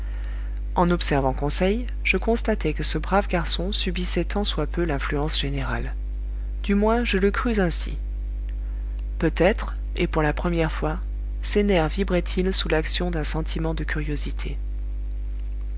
en observant conseil je constatai que ce brave garçon subissait tant soit peu l'influence générale du moins je le crus ainsi peut-être et pour la première fois ses nerfs vibraient ils sous l'action d'un sentiment de curiosité